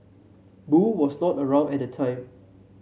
boo was not around at the time